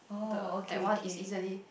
the that one is easily